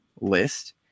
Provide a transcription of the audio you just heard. list